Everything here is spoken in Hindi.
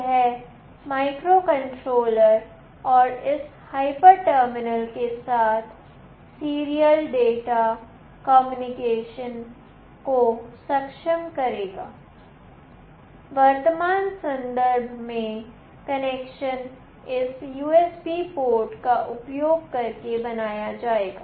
यह माइक्रोकंट्रोलर और इस hyper terminal के साथ सीरियल डाटा कम्युनिकेशन को सक्षम करेगा वर्तमान संदर्भ में कनेक्शन इस USB पोर्ट का उपयोग करके बनाया जाएगा